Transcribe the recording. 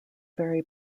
very